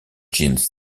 jeans